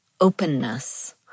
openness